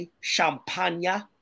champagne